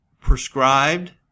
prescribed